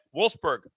Wolfsburg